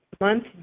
month